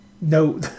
no